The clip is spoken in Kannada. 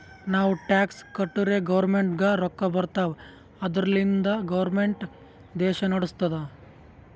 ನಾವು ಟ್ಯಾಕ್ಸ್ ಕಟ್ಟುರೇ ಗೌರ್ಮೆಂಟ್ಗ ರೊಕ್ಕಾ ಬರ್ತಾವ್ ಅದುರ್ಲಿಂದೆ ಗೌರ್ಮೆಂಟ್ ದೇಶಾ ನಡುಸ್ತುದ್